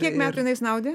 kiek metų jinai snaudė